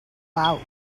out